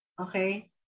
okay